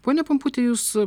pone pumputi jūs